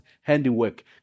handiwork